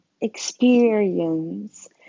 experience